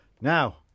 Now